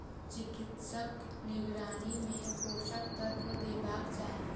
चिकित्सकक निगरानी मे पोषक तत्व देबाक चाही